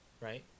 right